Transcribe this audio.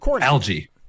algae